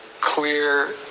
clear